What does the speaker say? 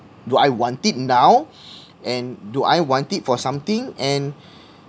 do I want it now and do I want it for something and